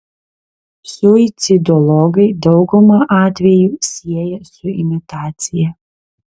suicidologai daugumą atvejų sieja su imitacija